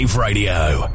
Radio